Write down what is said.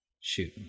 shoot